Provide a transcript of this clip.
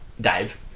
Dave